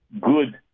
good